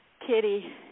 Kitty